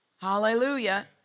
Hallelujah